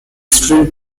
student